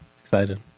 Excited